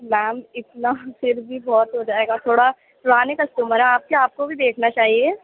میم اتنا پھر بھی بہت ہو جائے گا تھوڑا پرانے کسٹمر ہیں آپ کے آپ کو بھی دیکھنا چاہیے